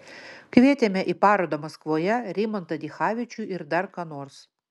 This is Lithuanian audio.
kvietėme į parodą maskvoje rimantą dichavičių ir dar ką nors